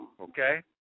Okay